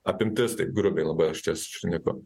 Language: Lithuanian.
apimtis taip grubiai labai aš čia šneku